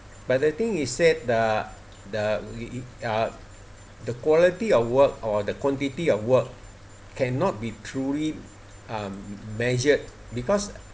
but the thing he said the the it uh the quality of work or the quantity of work cannot be truly um measured because